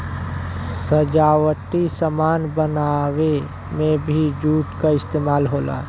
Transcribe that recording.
सजावटी सामान बनावे में भी जूट क इस्तेमाल होला